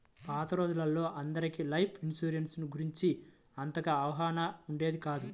పాత రోజుల్లో అందరికీ లైఫ్ ఇన్సూరెన్స్ గురించి అంతగా అవగాహన ఉండేది కాదు